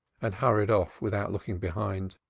and hurried off without looking behind.